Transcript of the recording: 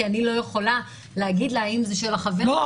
כי אני לא יכולה להגיד לה האם זה של החבר שלה --- לא,